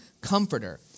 comforter